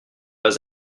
pas